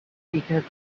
because